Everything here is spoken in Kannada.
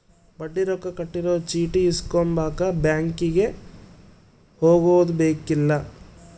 ಬಡ್ಡಿ ರೊಕ್ಕ ಕಟ್ಟಿರೊ ಚೀಟಿ ಇಸ್ಕೊಂಬಕ ಬ್ಯಾಂಕಿಗೆ ಹೊಗದುಬೆಕ್ಕಿಲ್ಲ